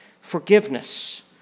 forgiveness